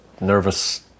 nervous